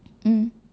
mm